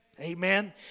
Amen